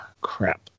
crap